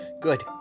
good